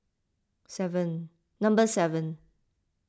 seven number seven